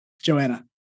Joanna